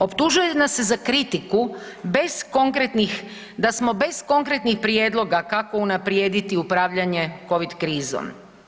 Optužuje nas se za kritiku bez konkretnih, da smo bez konkretnih prijedloga kako unaprijediti upravljanje covid krizom.